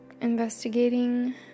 investigating